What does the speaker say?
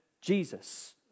Jesus